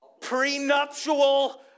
prenuptial